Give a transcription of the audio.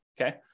okay